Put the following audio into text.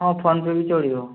ହଁ ଫୋନ୍ ପେ ବି ଚଳିବ